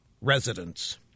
residents